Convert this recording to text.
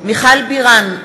מיכל בירן,